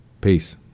Peace